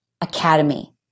Academy